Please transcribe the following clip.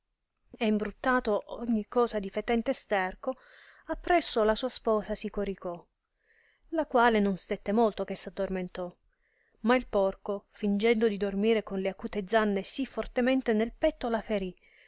e imbruttato ogni cosa di fetente sterco appresso la sua sposa si coricò la quale non stette molto che s addormentò ma il porco fingendo di dormire con le acute zanne sì fortemente nel petto la ferì